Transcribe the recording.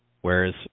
Whereas